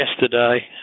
yesterday